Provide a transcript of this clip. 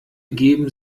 geben